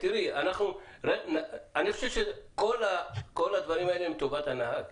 אני חושב שכל הדברים האלה הם טובת הנהג.